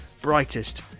brightest